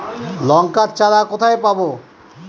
লঙ্কার চারা কোথায় পাবো?